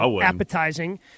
appetizing